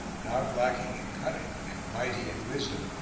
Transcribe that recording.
not lacking in cunning and mighty in wisdom,